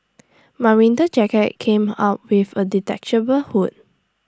my winter jacket came out with A detachable hood